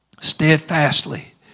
steadfastly